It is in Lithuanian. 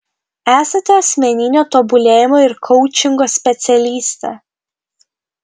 esate asmeninio tobulėjimo ir koučingo specialistė